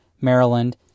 Maryland